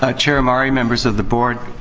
ah chair omari, members of the board,